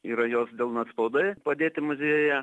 yra jos delnų atspaudai padėti muziejuje